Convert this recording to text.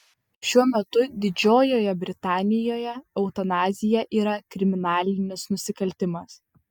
šiuo metu didžiojoje britanijoje eutanazija yra kriminalinis nusikaltimas